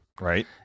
Right